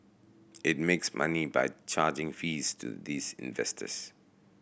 it makes money by charging fees to these investors